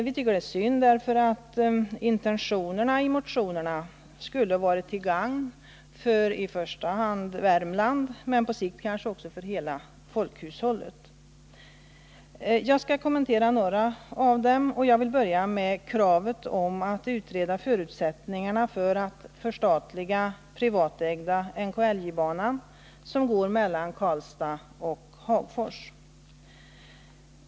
Vi tycker det är synd därför att ett fullföljande av intentionerna i motionerna skulle ha varit till gagn för i första hand Värmland, men på sikt kanske också för hela folkhushållet. Jag skall kommentera några av motionerna, och jag vill börja med kravet att man skall utreda förutsättningarna för att förstatliga privatägda NKLJ banan som går mellan Karlstad och Hagfors.